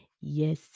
Yes